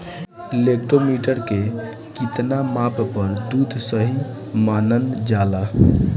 Lactometer के कितना माप पर दुध सही मानन जाला?